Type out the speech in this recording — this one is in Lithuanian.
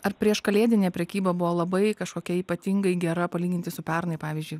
ar prieškalėdinė prekyba buvo labai kažkokia ypatingai gera palyginti su pernai pavyzdžiui